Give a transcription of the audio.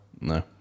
no